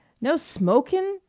no smokin'?